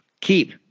Keep